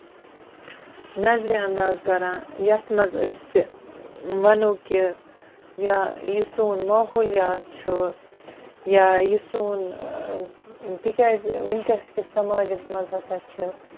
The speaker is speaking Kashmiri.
نظرِ اَنٛداز کران یَتھ منٛز أسۍ وَنو کہِ یا یہِ سوٚن ماحولیات چھُ یا یہِ سوٚن تِکیٛازِ ؤنکیٚن کِس سَماجَس منٛز ہسا چھَ